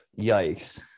Yikes